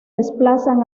desplazan